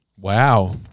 Wow